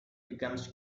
becomes